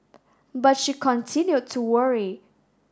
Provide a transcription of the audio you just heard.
but she continued to worry